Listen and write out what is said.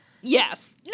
Yes